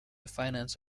finance